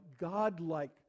God-like